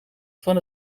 van